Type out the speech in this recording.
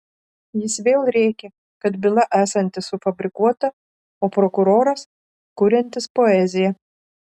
jis vėl rėkė kad byla esanti sufabrikuota o prokuroras kuriantis poeziją